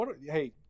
Hey